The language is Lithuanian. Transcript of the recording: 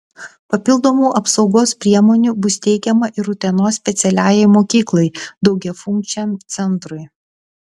papildomų apsaugos priemonių bus teikiama ir utenos specialiajai mokyklai daugiafunkciam centrui